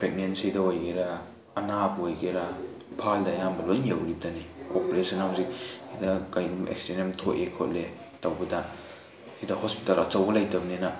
ꯄ꯭ꯔꯦꯒꯅꯦꯟꯁꯤꯗ ꯑꯣꯏꯒꯦꯔꯥ ꯑꯅꯥꯕ ꯑꯣꯏꯒꯦꯔꯥ ꯏꯝꯐꯥꯜꯗ ꯑꯌꯥꯝꯕ ꯂꯣꯏ ꯌꯧꯒꯦꯇꯅꯤ ꯑꯣꯄꯦꯔꯦꯁꯟ ꯍꯧꯖꯤꯛ ꯁꯤꯗ ꯀꯩꯒꯨꯝꯕ ꯑꯦꯛꯁꯤꯗꯦꯟ ꯑꯃ ꯊꯣꯛꯑꯦ ꯈꯣꯠꯂꯦ ꯇꯧꯕꯗ ꯁꯤꯗ ꯍꯣꯁꯄꯤꯇꯥꯜ ꯑꯆꯧꯕ ꯂꯩꯇꯕꯅꯤꯅ